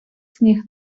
сніг